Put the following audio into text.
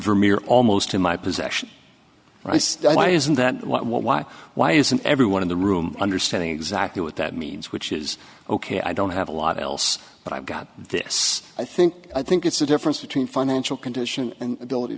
vermeer almost in my possession right isn't that what why why isn't everyone in the room understanding exactly what that means which is ok i don't have a lot else but i've got this i think i think it's the difference between financial condition and ability